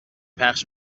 پخش